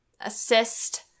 assist